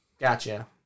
Gotcha